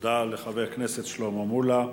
תודה לחבר הכנסת שלמה מולה.